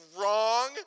wrong